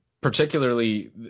particularly